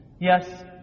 Yes